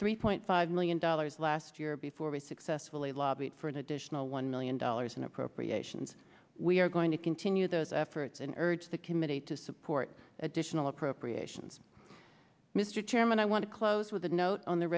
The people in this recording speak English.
three point five million dollar it was last year before we successfully lobbied for an additional one million dollars in appropriations we are going to continue those efforts and urge the committee to support additional appropriations mr chairman i want to close with a note on the